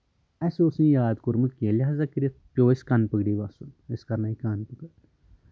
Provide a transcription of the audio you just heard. اسہِ اوس نہٕ یاد کوٚرمُت کیٚنٛہہ لِہاظا کٔرِتھ پیٚوو اَسہِ کنہٕ پٔکڑی وَسُن أسۍ کرنٲوِکھ کنہٕ پٔکڑ